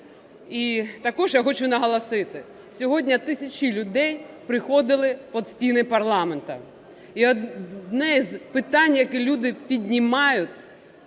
І також я хочу наголосити, сьогодні тисячі людей приходили під стіни парламенту. І одне із питань, яке люди піднімають